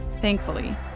thankfully